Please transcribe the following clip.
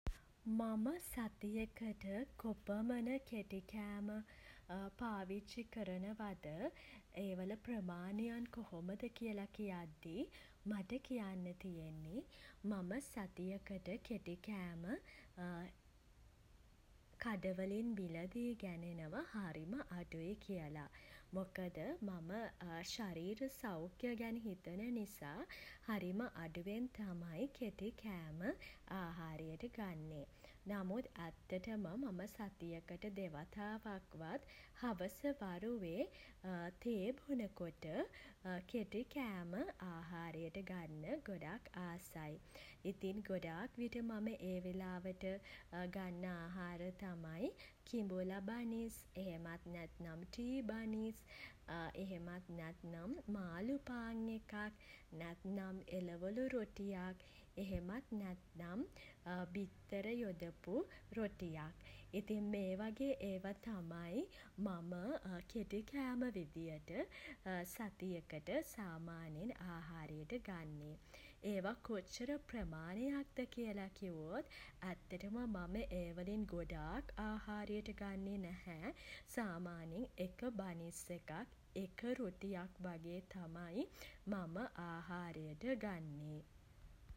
මම සතියකට කොපමණ කෙටි කෑම පාවිච්චි කරනවද ඒ වල ප්‍රමාණයන් කොහොමද කියලා කියද්දී මට කියන්න තියෙන්නෙ මම සතියකට කෙටිකෑම කඩවලින් මිලදී ගැනෙනවා හරිම අඩුයි කියලා. මොකද මම ශරීර සෞඛ්‍ය ගැන හිතන නිසා හරිම අඩුවෙන් තමයි කෙටි කෑම ආහාරයට ගන්නේ. නමුත් ඇත්තටම මම සතියකට දෙවතාවක් වත් හවස වරුවේ තේ බොනකොට කෙටි කෑම ආහාරයට ගන්න ගොඩක් ආසයි. ඉතින් ගොඩාක් විට මම ඒ වෙලාවට ගන්න ආහාර තමයි කිඹුලා බනිස් එහෙමත් නැත්නම් ටී බනිස් එහෙමත් නැත්නම් මාළු පාන් එකක් නැත්නම් එලවළු රොටියක් එහෙමත් නැත්නම් බිත්තර යොදපු රොටියක්. ඉතින් මේ වගේ ඒවා තමයි මම කෙටි කෑම විදියට සතියකට සාමාන්‍යයෙන් ආහාරයට ගන්නේ. ඒවා කොච්චර ප්‍රමාණයක්ද කියලා කිව්වොත් ඇත්තටම මම ඒ වලින් ගොඩාක් ආහාරයට ගන්නේ නැහැ. සාමාන්‍යයෙන් එක බනිස් එකක් එක රොටියක් වගේ තමයි මම ආහාරයට ගන්නේ.